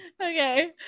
Okay